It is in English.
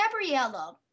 Gabriella